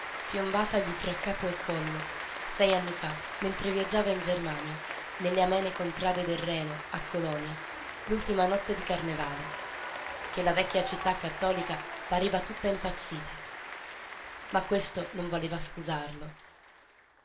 là piombatagli tra capo e collo sei anni fa mentre viaggiava in germania nelle amene contrade del reno a colonia l'ultima notte di carnevale che la vecchia città cattolica pareva tutta impazzita ma questo non valeva a scusarlo